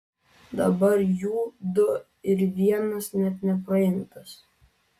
dabar jų du ir vienas net nepraimtas